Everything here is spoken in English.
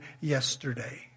yesterday